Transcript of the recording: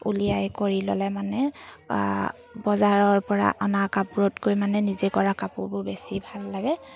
উলিয়াই কৰি ল'লে মানে বজাৰৰ পৰা অনা কাপোৰতকৈ মানে নিজে কৰা কাপোৰবোৰ বেছি ভাল লাগে